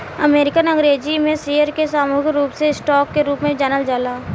American Angrezi में share के सामूहिक रूप से स्टॉक के रूप में जानल जाला